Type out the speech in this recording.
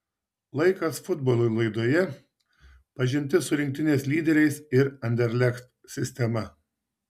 laikas futbolui laidoje pažintis su rinktinės lyderiais ir anderlecht sistema